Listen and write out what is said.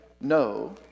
no